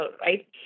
right